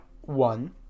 one